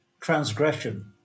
transgression